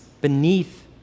beneath